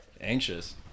Anxious